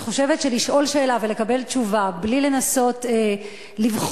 אני חושבת שלשאול שאלה ולקבל תשובה בלי לנסות לבחון,